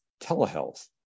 telehealth